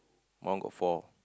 one got four